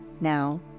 now